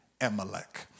Amalek